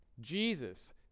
Jesus